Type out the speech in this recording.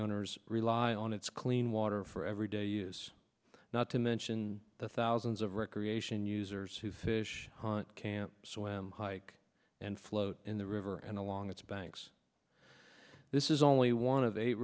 owners rely on its clean water for everyday use not to mention the thousands of recreation users who fish hunt can't swim hike and float in the river and along its banks this is only one of eight